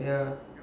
ya